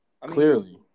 Clearly